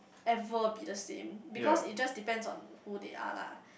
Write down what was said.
ever be the same because it just depends on who they are lah